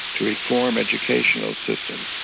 to reform educational systems.